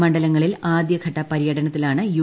മണ്ഡലങ്ങളിൽ ആദ്യഘട്ട പര്യടനത്തിലാണ് യു